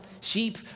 sheep